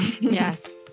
yes